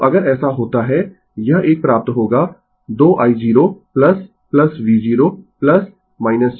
तो अगर ऐसा होता है यह एक प्राप्त होगा 2 i0 v0 6 0